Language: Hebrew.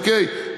אוקיי?